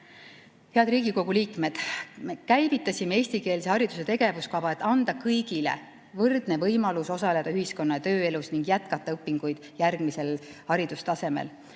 Head Riigikogu liikmed! Me käivitasime eestikeelse hariduse tegevuskava, et anda kõigile võrdne võimalus osaleda ühiskonna- ja tööelus ning jätkata õpinguid järgmisel haridustasemel.